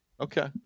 Okay